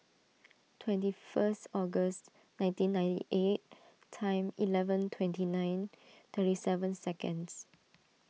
twenty first August nineteen ninety eight time eleven twenty nine thirty seven seconds